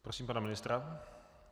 Prosím pana ministra.